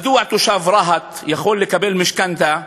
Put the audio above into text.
מדוע תושב רהט יכול לקבל משכנתה,